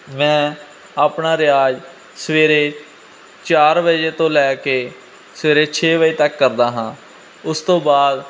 ਮੈਂ ਆਪਣਾ ਰਿਆਜ਼ ਸਵੇਰੇ ਚਾਰ ਵਜੇ ਤੋਂ ਲੈ ਕੇ ਸਵੇਰੇ ਛੇ ਵਜੇ ਤੱਕ ਕਰਦਾ ਹਾਂ ਉਸ ਤੋਂ ਬਾਅਦ